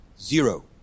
zero